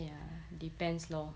ya depends lor